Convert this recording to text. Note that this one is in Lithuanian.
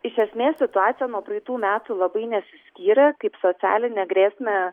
iš esmės situacija nuo praeitų metų labai nesiskyrė kaip socialinę grėsmę